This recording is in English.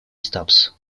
stops